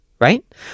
Right